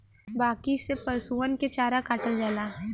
बांकी से पसुअन के चारा काटल जाला